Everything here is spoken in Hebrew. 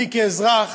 אני, כאזרח